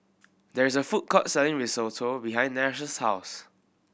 there is a food court selling Risotto behind Nash's house